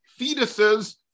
fetuses